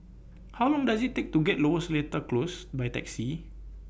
How Long Does IT Take to get to Lower Seletar Close By Taxi